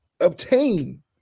obtain